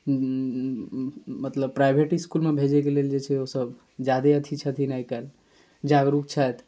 मतलब private school भेजैके लेल ओ सभ जादे अथी छथिन आइकाल्हि जागरूक छथि